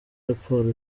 raporo